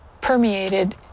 permeated